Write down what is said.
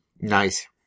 Nice